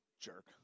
jerk